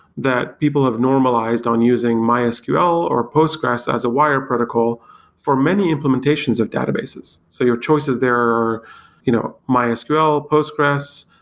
that people have normalized on using mysql or postgres as a wire protocol for many implementations of databases. so your choices there are you know mysql, postgres,